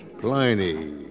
Pliny